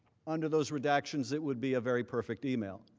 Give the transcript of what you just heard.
under those redactions, it would be a very perfect email.